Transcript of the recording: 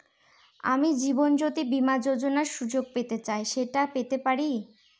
আমি জীবনয্যোতি বীমা যোযোনার সুযোগ পেতে চাই সেটা কি পেতে পারি?